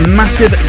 massive